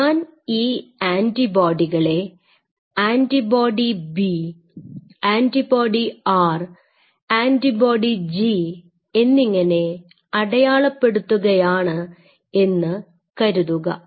ഞാൻ ഈ അന്റോബോഡികളെ antibody B antibody R antibody G എന്നിങ്ങനെ അടയാളപ്പെടുത്തുകയാണ് എന്ന് കരുതുക